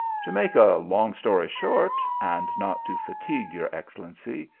to make a long story short, and not to fatigue your excellency,